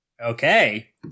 Okay